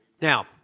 Now